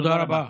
תודה רבה.